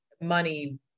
money